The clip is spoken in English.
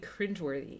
cringeworthy